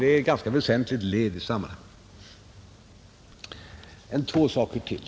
Det är ett ganska väsentligt led i sammanhanget. Sedan två saker till!